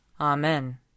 Amen